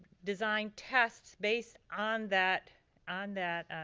design tests based on that on that